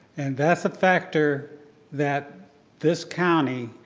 and that's a factor that this county,